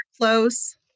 close